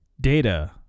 Data